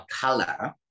color